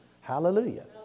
Hallelujah